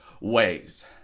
ways